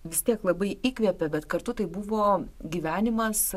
vis tiek labai įkvepia bet kartu tai buvo gyvenimas